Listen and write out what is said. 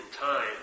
time